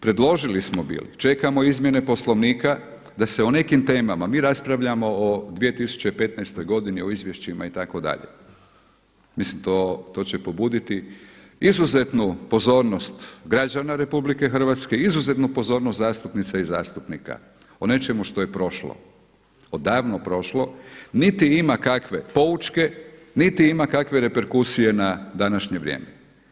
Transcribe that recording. Predložili smo bili čekamo izmjene Poslovnika da se o nekim temama, mi raspravljamo o 2015. godini o izvješćima itd. mislim to će pobuditi izuzetnu pozornost građana RH i izuzetnu pozornost zastupnica i zastupnika o nečemu što je prošle, odavno prošlo, niti ima kakve poučke, niti ima kakve reperkusije na današnje vrijeme.